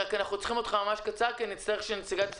אנחנו צריכים להביא את הצרכן הישראלי